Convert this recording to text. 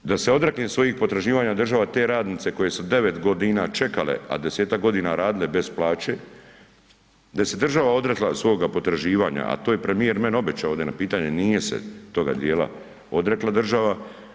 Da se odrekne svojih potraživanja država te radnice koje su 9 godina čekale a 10-ak godina radile bez plaće, da se država odrekla svoga potraživanja a to je premijer meni obećao ovdje na pitanje, nije se toga dijela odrekla država.